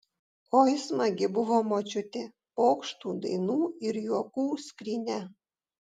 oi smagi buvo močiutė pokštų dainų ir juokų skrynia